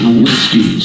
whiskey